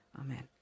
Amen